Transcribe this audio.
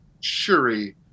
Shuri